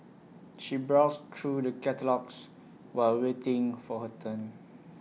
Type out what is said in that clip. she browsed through the catalogues while waiting for her turn